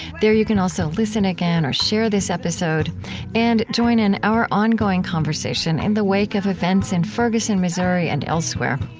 there you can also listen again or share this episode and join in our ongoing conversation in the wake of events in ferguson, missouri and elsewhere.